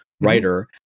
writer